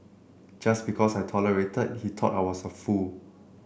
just because I tolerated he thought I was a fool